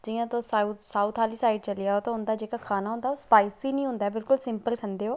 ते जियां तुस साऊथ आह्ली साईड चली जाओ ते उंदा जेह्का खाना स्पाइसी निं होंदा बिल्कुल सिंपल खंदे ओह्